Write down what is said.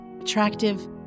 attractive